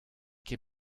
ket